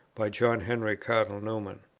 by john henry cardinal newman